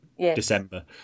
December